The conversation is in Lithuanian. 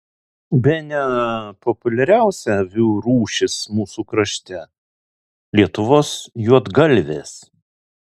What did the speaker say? bene populiariausia avių rūšis mūsų krašte lietuvos juodgalvės